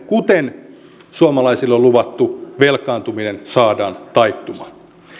kuten suomalaisille on luvattu velkaantuminen saadaan taittumaan